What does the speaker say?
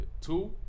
Two